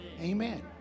Amen